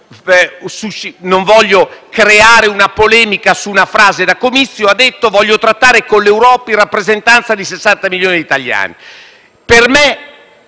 non voglio innescare una polemica su una frase, appunto, da comizi - ha detto che vuole trattare con l'Europa in rappresentanza di 60 milioni di italiani.